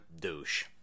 douche